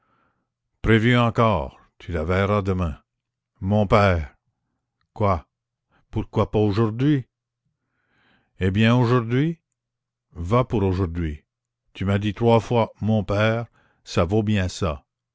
prévu encore tu la verras demain mon père quoi pourquoi pas aujourd'hui eh bien aujourd'hui va pour aujourd'hui tu m'as dit trois fois mon père ça vaut bien ça